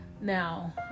Now